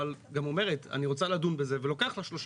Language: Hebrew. אבל גם אומרת אני רוצה לדון בזה ולוקח לה שלושה,